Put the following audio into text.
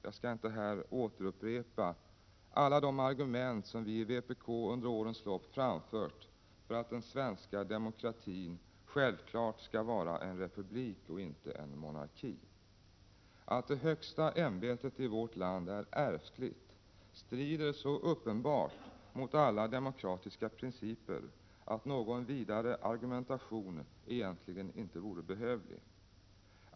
Jag skall inte här återupprepa alla de argument som vi i vpk under årens lopp framfört för att den svenska demokratin självfallet skall vara en republik och inte en monarki. Att det högsta ämbetet i vårt land är ärftligt strider så uppenbart mot alla demokratiska principer att någon vidare argumentation egentligen inte vore behövlig.